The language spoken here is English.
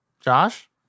Josh